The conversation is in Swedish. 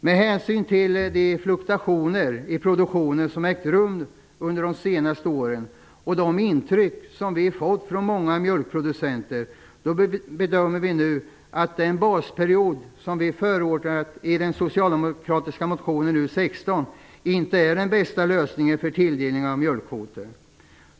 Med hänsyn till de fluktuationer i produktionen som ägt rum under de senaste åren och de intryck som vi fått från många mjölkproducenter bedömer vi nu att den basperiod som vi förordat i den socialdemokratiska motionen U16 inte är den bästa lösningen för tilldelning av mjölkkvoter.